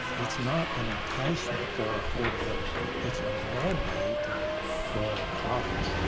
it's not an enticement for affordability, it's a mandate for profits.